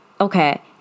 Okay